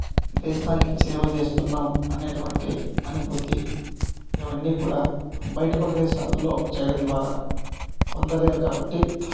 దేశానికి సేవ చేస్తున్నాము అనేటువంటి అనుభూతి ఇవన్నీ కూడా బయట ప్రదేశాల్లో చేయడం ద్వారా పొందలేరు కాబట్టి